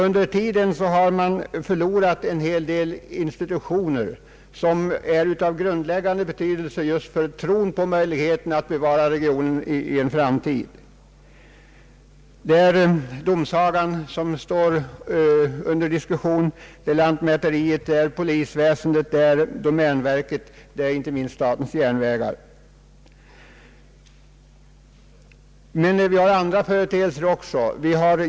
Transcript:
Under tiden har regionen förlorat en hel del institutioner som är av grundläggande betydelse för tron på möjligheterna att bevara regionen i en framtid. Domsagan är under diskussion li kaså lantmäteriet, polisväsendet, domänverket och — inte minst — statens järnvägar. Även andra företeelser inverkar.